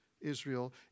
Israel